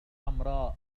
حمراء